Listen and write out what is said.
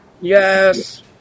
yes